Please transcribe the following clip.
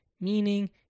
meaning